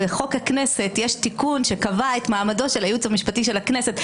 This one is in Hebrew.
בחוק הכנסת יש תיקון שקבע את מעמדו של הייעוץ המשפטי של הכנסת,